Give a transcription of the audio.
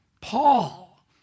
Paul